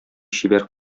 чибәр